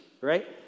right